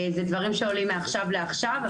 זה דברים שעולים מעכשיו לעכשיו.